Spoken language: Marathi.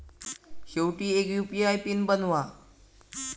शेवटी एक यु.पी.आय पिन बनवा